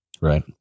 Right